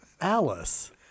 Alice